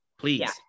Please